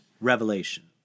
revelation